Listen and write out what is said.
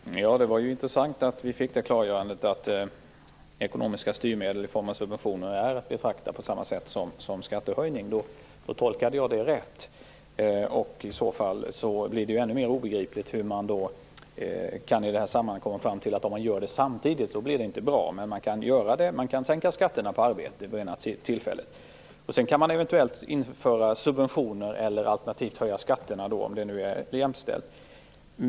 Herr talman! Det var intressant att vi fick det klargörandet att ekonomiska styrmedel i form av subventioner är att betrakta på samma sätt som skattehöjningar. Då hade jag tolkat det rätt. I så fall blir det ännu mer obegripligt hur man i detta sammanhang kan komma fram till att det inte blir bra om man gör det samtidigt. Man kan vid det ena tillfället sänka skatterna på arbete, och vid ett annat tillfälle kan man eventuellt införa subventioner eller alternativt höja skatterna, om det nu är jämförbart.